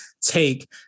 take